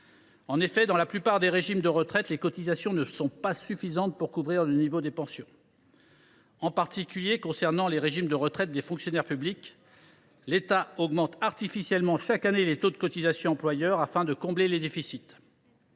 En effet, dans la plupart des régimes de retraite, les cotisations ne sont pas suffisantes pour couvrir le niveau des pensions. En particulier, concernant les régimes de retraite des fonctionnaires publics, l’État augmente artificiellement chaque année les taux de cotisation employeur, afin de combler les déficits.